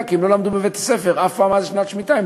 כי הם אף פעם לא למדו בבית-הספר מה זה שנת שמיטה.